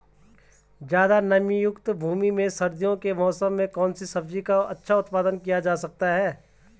ज़्यादा नमीयुक्त भूमि में सर्दियों के मौसम में कौन सी सब्जी का अच्छा उत्पादन किया जा सकता है?